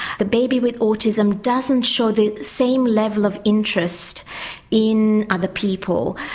the baby with autism doesn't show the same level of interest in other people,